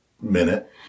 minute